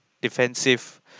defensive